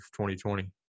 2020